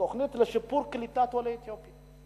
תוכנית לשיפור קליטת עולי אתיופיה,